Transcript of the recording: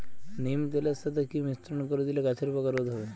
নিম তেলের সাথে কি মিশ্রণ করে দিলে গাছের পোকা রোধ হবে?